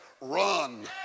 run